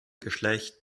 geschlecht